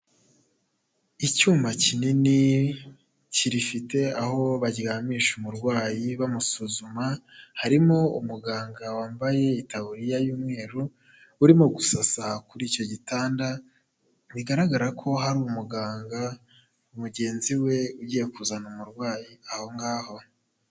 Icyuma kinini kirifite aho baryamisha umurwayi bamusuzuma, harimo umuganga wambaye itaburiya y'umweru urimo gusasa kuri icyo gitanda. Bigaragara ko hari umuganga mugenzi we ugiye kuzana umurwayi aho ngaho.